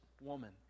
woman